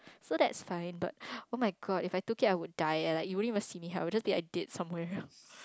so that's fine but oh-my-god if I took it I would die leh you wouldn't even see me here I would be just like dead somewhere else